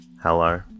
Hello